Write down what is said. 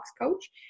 coach